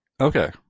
okay